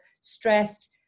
stressed